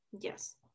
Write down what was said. yes